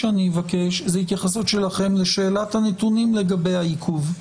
אני אבקש התייחסות שלכם לשאלת הנתונים לגבי העיכוב.